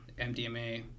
MDMA